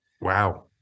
Wow